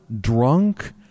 drunk